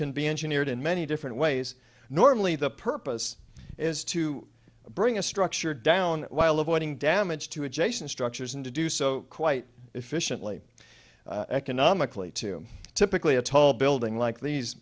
can be engineered in many different ways normally the purpose is to bring a structure down while avoiding damage to adjacent structures and to do so quite efficiently economically to typically a tall building like these